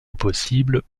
impossible